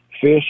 Fish